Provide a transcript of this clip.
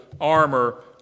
armor